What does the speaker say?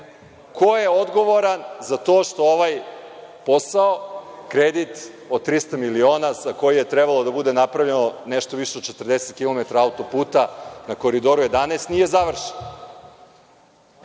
ko je odgovoran za to što ovaj posao, kredit od 300 miliona, sa kojima je trebalo da bude napravljeno nešto više od 40 kilometara autoputa na Koridoru 11 nije završen